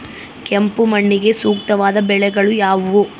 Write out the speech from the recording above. ಕೆಂಪು ಮಣ್ಣಿಗೆ ಸೂಕ್ತವಾದ ಬೆಳೆಗಳು ಯಾವುವು?